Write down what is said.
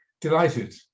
delighted